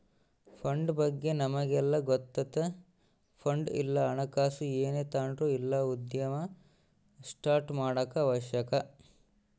fund ಬಗ್ಗೆ ನಮಿಗೆಲ್ಲ ಗೊತ್ತತೆ ಫಂಡ್ ಇಲ್ಲ ಹಣಕಾಸು ಏನೇ ತಾಂಡ್ರು ಇಲ್ಲ ಉದ್ಯಮ ಸ್ಟಾರ್ಟ್ ಮಾಡಾಕ ಅವಶ್ಯಕ